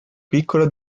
piccolo